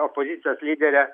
opozicijos lyderė